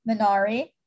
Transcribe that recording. Minari